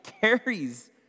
carries